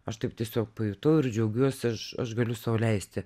aš taip tiesiog pajutau ir džiaugiuosi aš aš galiu sau leisti